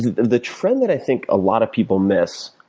the trend that i think a lot of people miss,